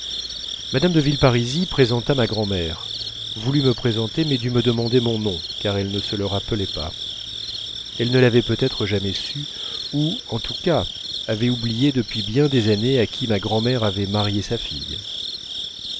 mme de villeparisis présenta ma grand'mère voulut me présenter mais dut me demander mon nom car elle ne se le rappelait pas elle ne l'avait peut-être jamais su ou en tous cas avait oublié depuis bien des années à qui ma grand'mère avait marié sa fille